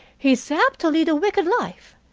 he is apt to lead a wicked life.